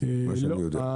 מה שאני יודע.